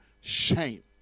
shame